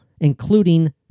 including